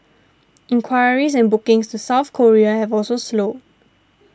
inquiries and bookings to South Korea have also slowed